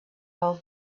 all